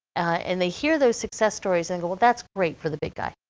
and they hear those success stories and go, well, that's great for the big guy,